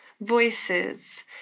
voices